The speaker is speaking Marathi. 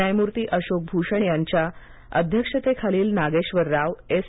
न्यायमूर्ती अशोक भूषण यांच्या अध्यक्षतेखालील नागेश्वर राव एस